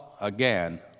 again